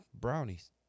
brownies